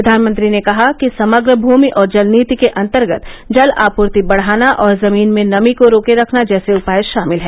प्रधानमंत्री ने कहा कि समग्र भूमि और जल नीति के अन्तर्गत जल आपूर्ति बढ़ाना और जमीन में नमी को रोके रखना जैसे उपाय शामिल हैं